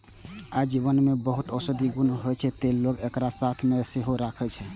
अजवाइन मे बहुत औषधीय गुण होइ छै, तें लोक एकरा साथ मे सेहो राखै छै